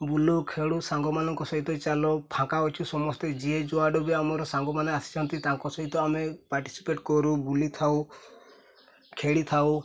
ବୁଲୁ ଖେଳୁ ସାଙ୍ଗମାନଙ୍କ ସହିତ ଚାଲୁ ଫାଙ୍କା ଅଛୁ ସମସ୍ତେ ଯିଏ ଯୁଆଡ଼ୁ ବି ଆମର ସାଙ୍ଗମାନେ ଆସିଛନ୍ତି ତାଙ୍କ ସହିତ ଆମେ ପାର୍ଟିସିପେଟ୍ କରୁ ବୁଲିଥାଉ ଖେଳିଥାଉ